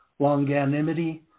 longanimity